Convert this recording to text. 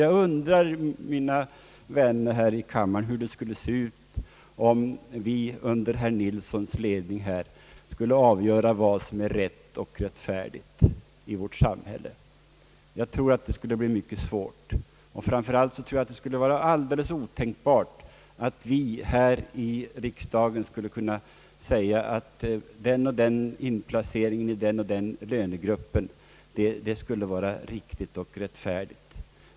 Jag undrar, mina vänner här i kammaren, hur det skulle se ut, om vi under herr Nilssons ledning skulle avgöra vad som är rätt och rättfärdigt i vårt samhälle! Jag tror att det skulle bli mycket svårt, och framför allt tror jag att det skulle vara alldeles otänk bart, att vi här i riksdagen skulle kunna säga att just den och den inplaceringen i den och den lönegraden skulle vara riktig och rättfärdig.